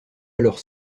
alors